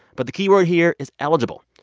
but the key word here is eligible.